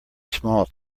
small